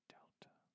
Delta